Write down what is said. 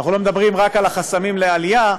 ואנחנו לא מדברים רק על החסמים לעלייה,